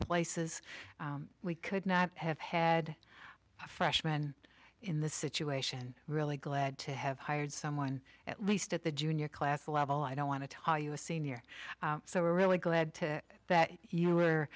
places we could not have had a freshman in the situation really glad to have hired someone at least at the junior class level i don't want to talk to you a senior so really glad to that you were